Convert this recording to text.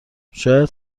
شاید